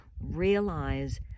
realize